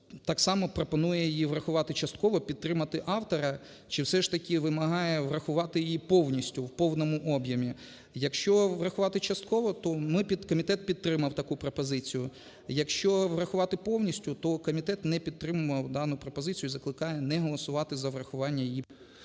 так само пропонує її врахувати частково, підтримати автора чи все ж таки вимагає врахувати її повністю, у повному об'ємі. Якщо врахувати частково, то ми, підкомітет, підтримав таку пропозицію, якщо врахувати повністю, то комітет не підтримував дану пропозицію і закликає не голосувати за врахування її.